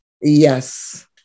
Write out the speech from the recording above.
Yes